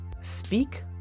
Speak